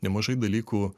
nemažai dalykų